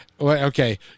Okay